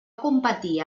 competir